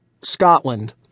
Scotland